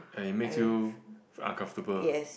and it makes you uncomfortable